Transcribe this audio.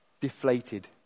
deflated